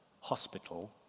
hospital